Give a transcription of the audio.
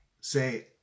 say